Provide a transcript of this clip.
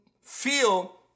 feel